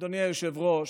אדוני היושב-ראש,